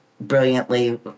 brilliantly